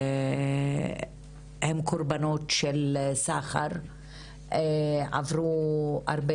והן קורבנות של סחר בבני אדם והן עברו הרבה